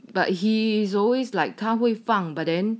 but he is always like 他会放 but then